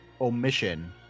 omission